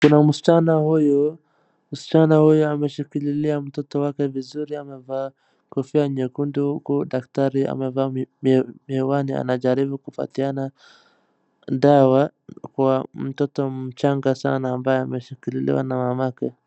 Kuna msichana huyu, msichana huyu ameshikilia mtoto wake vizuri amevaa kofia nyekundu huku daktari amevaa miwani anajaribu kupatiana dawa kwa mtoto mchanga sana ambaye ameshikiliwa na mama yake .